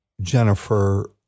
Jennifer